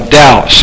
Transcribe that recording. doubt